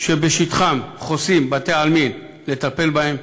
שבשטחם חוסים בתי-העלמין לטפל בהם.